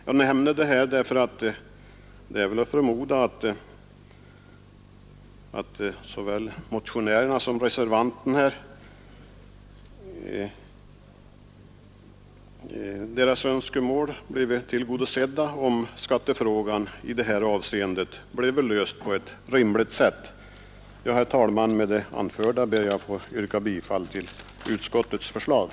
Jag nämner detta därför att det är att förmoda att önskemålen från såväl motionärerna som reservanten bleve tillgodosedda i avsevärd mån om skattefrågan i det här avseendet löstes på ett rimligt sätt. Herr talman! Med det anförda ber jag att få yrka bifall till utskottets hemställan.